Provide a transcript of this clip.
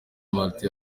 martin